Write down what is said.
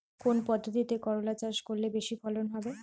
কোন পদ্ধতিতে করলা চাষ করলে বেশি ফলন হবে?